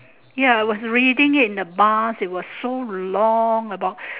ya was reading it in the bus it was so long about